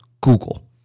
Google